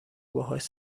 باهاش